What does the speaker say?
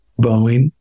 Boeing